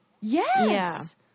Yes